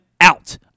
out